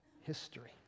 history